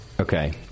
Okay